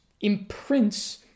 imprints